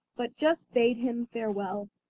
but just bade him farewell.